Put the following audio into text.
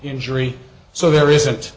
injury so there isn't